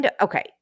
Okay